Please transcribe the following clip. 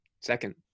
Second